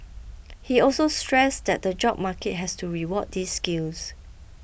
he also stressed that the job market has to reward these skills